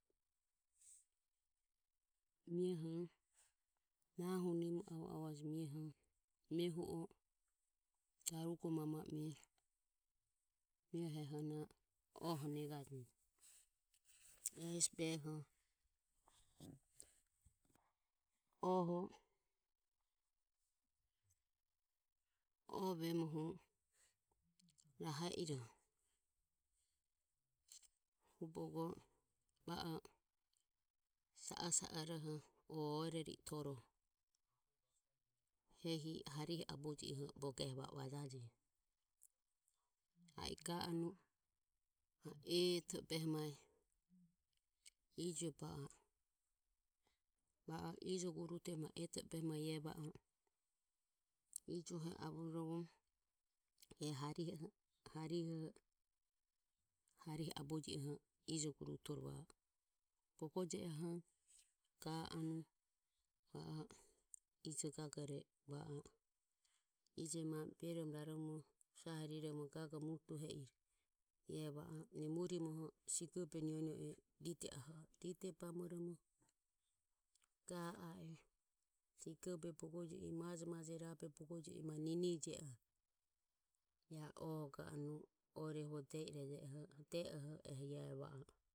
Mie ho nahu nimo avo avohaje mioho mie hu o darugo mama e mie eho na oe negajeje. E hesi behoho oho o vemoho rahe iro hu bogo va o sao sao roho o orari toroho hehi hari aboje bogo eho va o vajajeje iae ga anue ma eto behe mae ijue ba i va o ijogurute ma eto behe mae ijuoho avohoromo harihe aboje ijo gurutore vae a e, bogo je oho ga anue va o ijo gagore va o ije mami e beromo raromoromo sahe riromo ijo gago muduhe e o nimo urimo sigobe niano e ride bamoromo ga a e sigobe bogo maje maje rabe bogo jio i ma niene je oho iae oho ga anue oe rehu de oho e iae.